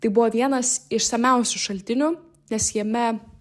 tai buvo vienas išsamiausių šaltinių nes jame